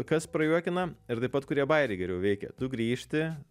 kas prajuokina ir taip pat kurie bajeriai geriau veikia tu grįžti